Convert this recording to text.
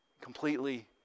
completely